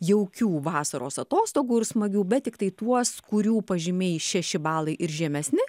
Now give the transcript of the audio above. jaukių vasaros atostogų ir smagių bet tiktai tuos kurių pažymiai šeši balai ir žemesni